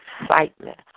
excitement